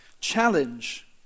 Challenge